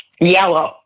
Yellow